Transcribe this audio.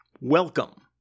Welcome